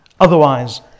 Otherwise